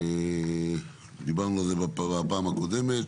דיברנו על זה בפעם הקודמת